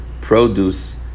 produce